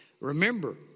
Remember